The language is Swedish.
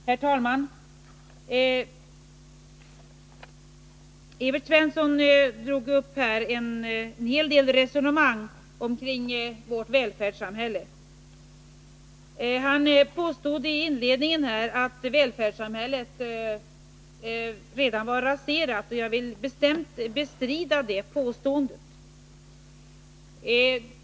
Herr talman! Evert Svensson drog upp en hel del resonemang omkring vårt välfärdssystem. Han påstod i inledningen att välfärdssamhället redan skulle vara raserat. Jag vill bestämt bestrida det påståendet.